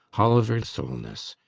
halvard solness!